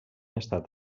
estat